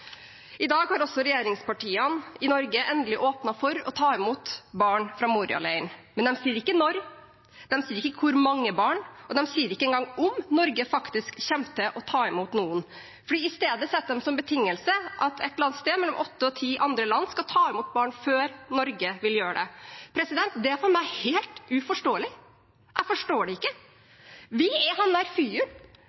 I dag har også regjeringspartiene i Norge endelig åpnet for å ta imot barn fra Moria-leiren – men de sier ikke når, de sier ikke hvor mange barn, og de sier ikke engang om Norge faktisk kommer til å ta imot noen, for i stedet setter de som betingelse at et eller annet sted mellom åtte og ti andre land skal ta imot barn før Norge vil gjøre det. Det er for meg helt uforståelig – jeg forstår det ikke.